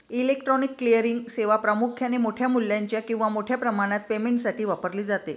electronic clearing सेवा प्रामुख्याने मोठ्या मूल्याच्या किंवा मोठ्या प्रमाणात पेमेंटसाठी वापरली जाते